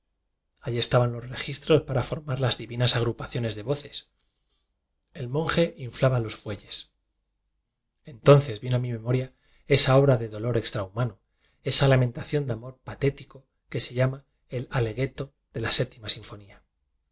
allí estaban los registros para formar las divinas agrupa ciones de voces el monje inflaba los fue lles entonces vino a mi memoria esa obra de dolor extrahumano esa lamenta ción de amor patético que se llama el allegeíto de la séptima